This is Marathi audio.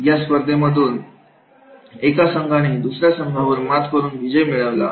या स्पर्धेमधून एका संघाने दुसरे संघावर मात करून विजय मिळवला